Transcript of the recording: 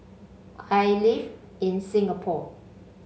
I live in Singapore